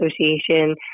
Association